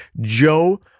Joe